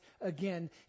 again